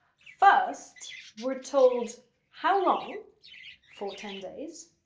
first, we're told how long for ten days.